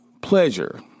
pleasure